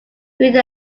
made